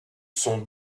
sont